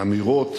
באמירות